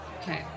Okay